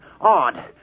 Odd